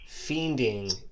fiending